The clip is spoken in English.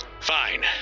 Fine